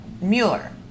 Mueller